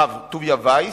הרב טוביה וייס,